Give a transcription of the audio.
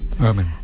Amen